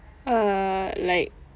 err like